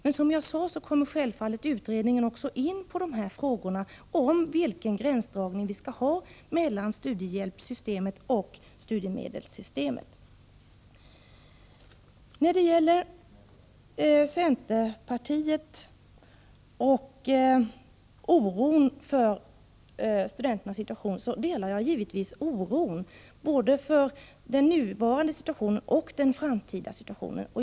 Men som jag sade kommer utredningen självfallet in på frågorna om vilken gränsdragning vi skall ha mellan studiehjälpssystemet och studiemedelssystemet. När det gäller centerpartiet och oron för studenternas situation vill jag säga att jag naturligtvis delar den oron — både för den nuvarande situationen och för den framtida.